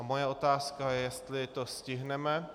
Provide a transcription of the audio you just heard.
Moje otázka je, jestli to stihneme.